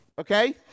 Okay